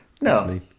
No